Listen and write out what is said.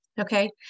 Okay